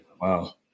Wow